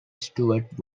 stewart